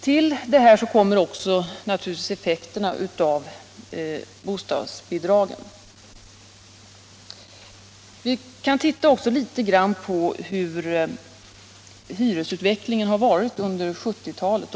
Till det här kommer naturligtvis också effekterna av bostadsbidragen. Vi kan titta litet grand på hyresutvecklingen under 1970-talet.